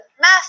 math